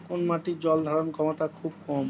কোন মাটির জল ধারণ ক্ষমতা খুব কম?